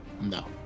no